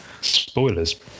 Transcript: Spoilers